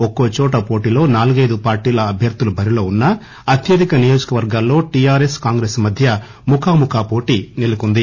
ఒక్కోచోట పోటీలో నాలుగైదు పార్టీల అభ్యర్దులు బరిలో ఉన్నా అత్యధిక నియోజకవర్గాల్లో టిఆర్ఎస్ కాంగ్రెస్ మధ్య ముఖాముఖి పోటీ నెలకొంది